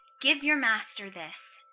give your master this.